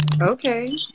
Okay